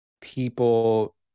people